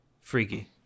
Freaky